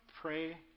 pray